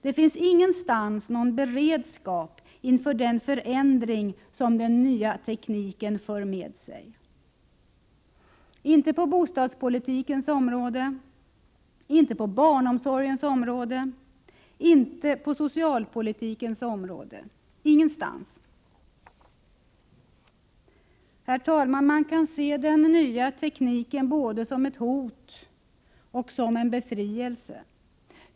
Ingenstans finns det någon beredskap inför den förändring som den nya tekniken för med sig, inte på bostadspolitikens område, inte på barnomsorgens område, inte på socialpolitikens område — ingenstans. Herr talman! Man kan se den nya tekniken både som ett hot och som en befrielse.